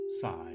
side